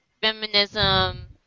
feminism